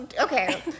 Okay